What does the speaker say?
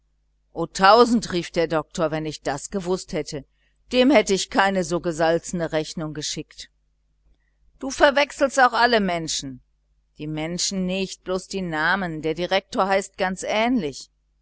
tausend rief der doktor wenn ich das gewußt hätte dem hätte ich keine so gesalzene rechnung geschickt du verwechselst auch alle menschen die menschen nicht bloß die namen der direktor heißt ganz ähnlich